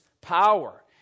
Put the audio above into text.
power